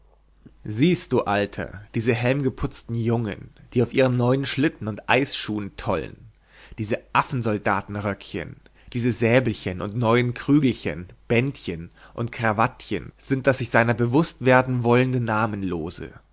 siehst du alter diese helmgeputzten jungen die auf ihren neuen schlitten und eisschuhen tollen diese affensoldatenröckchen diese säbelchen und neuen krügelchen bändchen und crawattchen sind das sich seiner bewußt werden wollende namenlose